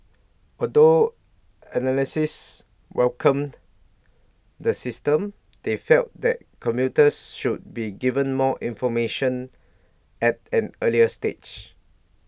although analysts welcomed the system they felt that commuters should be given more information at an earlier stage